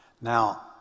Now